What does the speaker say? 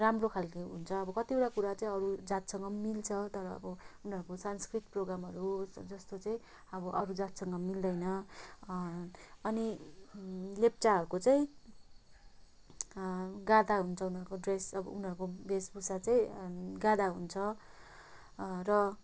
राम्रो खालको हुन्छ अब कतिवटा कुरा चाहिँ अरू जातसँग पनि मिल्छ तर अब उनीहरूको सांस्कृतिक प्रोग्रामहरू जस्तो चाहिँ अब अरू जातसँग मिल्दैन अनि लेप्चाहरूको चाहिँ गादा हुन्छ उनीहरूको ड्रेस अब उनीहरूको वेशभूषा चाहिँ गादा हुन्छ र